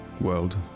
world